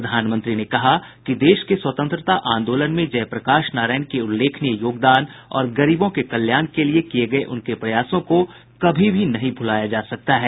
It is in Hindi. प्रधानमंत्री ने कहा कि देश के स्वतंत्रता आंदोलन में जय प्रकाश नारायण के उल्लेखनीय योगदान और गरीबों के कल्याण के लिये किये गये उनके प्रयासों को कभी भी नहीं भुलाया जा सकता है